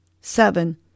seven